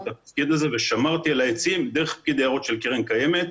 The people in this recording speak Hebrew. את התפקיד הזה ושמרתי על העצים דרך פקיד היערות של קרן קיימת לישראל.